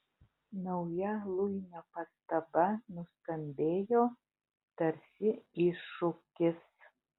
nauja luinio pastaba nuskambėjo tarsi iššūkis